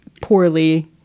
poorly